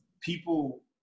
people